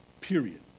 period